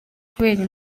kubera